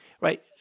right